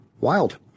Wild